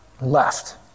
left